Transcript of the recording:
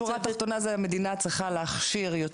השורה התחתונה היא שהמדינה צריכה להכשיר יותר